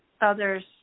Others